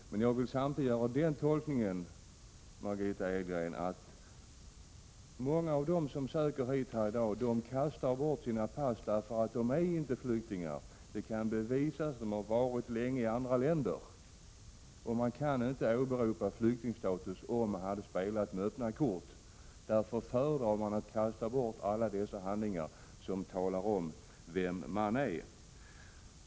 Men, Margitta Edgren, många av dem som söker sig hit i dag kastar bort sina pass för att de inte är flyktingar. Det kan bevisas. De har varit länge i andra länder. Man skulle inte ha kunnat åberopa flyktingstatus om man hade spelat med öppna kort. Därför föredrar man att kasta bort alla de handlingar som talar om vem man är.